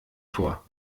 vor